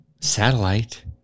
satellite